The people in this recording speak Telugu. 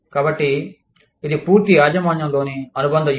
కాబట్టి ఇది పూర్తి యాజమాన్యంలోని అనుబంధ వ్యూహం